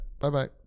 Bye-bye